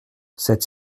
cette